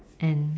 and